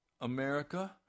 America